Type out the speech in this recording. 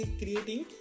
creating